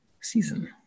season